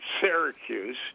Syracuse